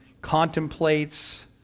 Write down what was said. contemplates